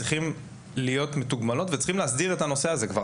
צריכים שהן יהיו מתוגמלות וצריכים להסדיר את הנושא הזה כבר,